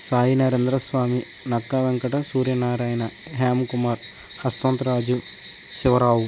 Sai Narendra Swamy Nakka Venkata Suryanarayana Hema Kumar Yashwant Raju Shiva Rao